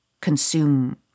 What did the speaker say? consume